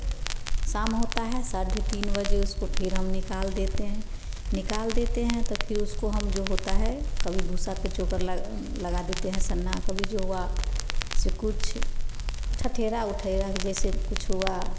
शाम होता है साढ़े तीन बजे उसको फिर हम निकाल देते है निकाल देते हैं तो फिर उसको हम जो होता है कभी भूसा पर चोकर लगा लगा देते हैं सन्ना कभी जो हुआ से कुछ ठठेरा वटेरा जैसे कुछ हुआ